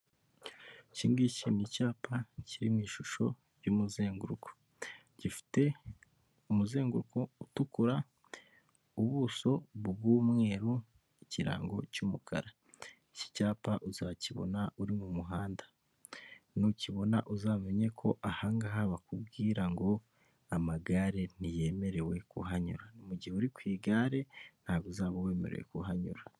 Iki ngicyi ni icyapa kiri mu ishusho ry'umuzenguruko gifite umuzenguruko utukura, ubuso bw'umweru' ikirango cy'umukara, iki cyapa uzakibona uri mu muhanda, nukibona uzamenye ko aha ngaha bakubwira ngo amagare ntiyemerewe kuhanyura, mu gihe uri ku igare ntabwo uzaba wemerewe kuhanyura.